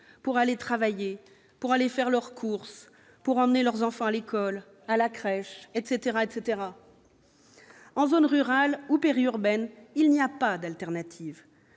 pour aller travailler, pour aller faire leurs courses, pour emmener leurs enfants à l'école, à la crèche, etc. Dans ces zones, il n'y a pas d'alternative.